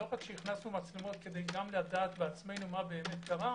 לא רק שהכנסנו מצלמות כדי לדעת מה באמת קרה